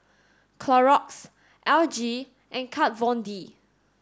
Clorox L G and Kat Von D